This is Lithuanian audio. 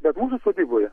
bet mūsų sodyboje